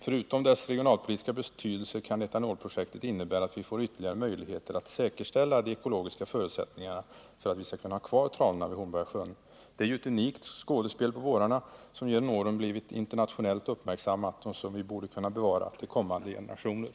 Förutom etanolprojektets regionalpolitiska betydelse kan projektet innebära att vi får ytterligare möjligheter att säkerställa de ekologiska förutsättningarna för att kunna ha kvar tranorna vid Hornborgasjön. Det är ju ett unikt skådespel på vårarna, som blivit internationellt uppmärksammat och som vi måste kunna bevara till kommande generationer.